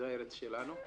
זו הארץ שלנו.